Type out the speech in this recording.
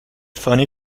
funny